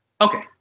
Okay